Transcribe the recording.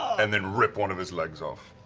and then rip one of his legs off.